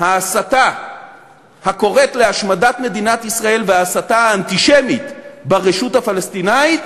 ההסתה הקוראת להשמדת מדינת ישראל וההסתה האנטישמית ברשות הפלסטינית,